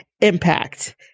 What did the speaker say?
Impact